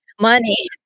money